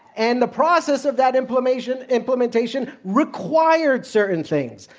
and the process of that implementation implementation required certain things.